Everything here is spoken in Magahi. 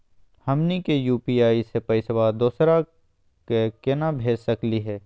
हमनी के यू.पी.आई स पैसवा दोसरा क केना भेज सकली हे?